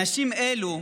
אנשים אלה,